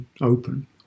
Open